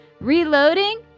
Reloading